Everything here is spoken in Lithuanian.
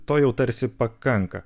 to jau tarsi pakanka